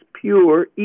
pure